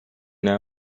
now